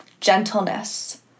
gentleness